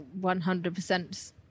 100%